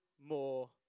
more